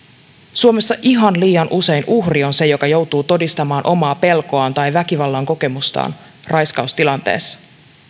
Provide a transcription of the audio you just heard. suomessa ihan liian usein uhri on se joka joutuu todistamaan omaa pelkoaan tai väkivallan kokemustaan raiskaustilanteessa